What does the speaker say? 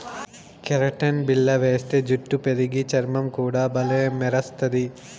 keratin బిల్ల వేస్తే జుట్టు పెరిగి, చర్మం కూడా బల్లే మెరస్తది